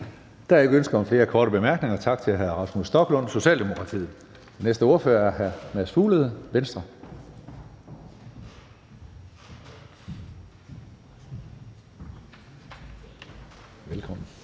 Der er ikke ønske om flere korte bemærkninger. Tak til hr. Rasmus Stoklund, Socialdemokratiet. Den næste ordfører er hr. Mads Fuglede, Venstre. Velkommen.